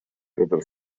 петр